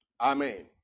Amen